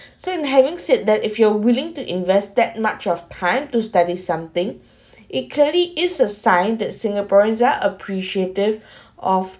so in having said that if you are willing to invest that much of time to study something it clearly is a sign that singaporeans are appreciative of